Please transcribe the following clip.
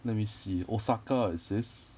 let me see osaka it says